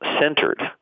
centered